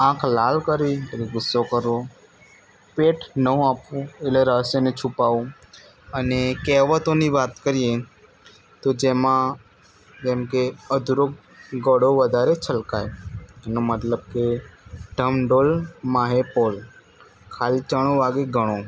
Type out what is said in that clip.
આંખ લાલ કરવી એટલે ગુસ્સો કરવો પેટ નો આપવું એ રહસ્યને છુપાવવું અને કહેવતોની વાત કરીએ તો જેમાં જેમકે અધૂરો ઘડો વધારે છલકાય એનો મતલબ કે ઢમ ઢોલ માંહે પોલ ખાલી ચણો વાગે ઘણો